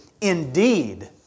indeed